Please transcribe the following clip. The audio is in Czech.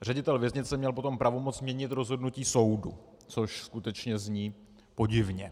Ředitel věznice měl potom pravomoc měnit rozhodnutí soudu, což skutečně zní podivně.